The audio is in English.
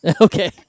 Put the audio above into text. Okay